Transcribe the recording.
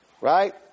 Right